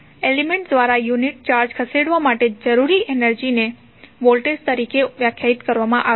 element દ્વારા unit charge ખસેડવા માટે જરૂરી એનર્જીને વોલ્ટેજ તરીકે વ્યાખ્યાયિત કરવામાં આવશે